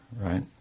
right